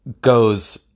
goes